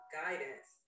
guidance